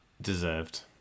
Deserved